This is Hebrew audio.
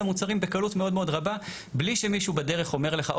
המוצרים בקלות מאוד רחבה בלי שמישהו בדרך אומר לך,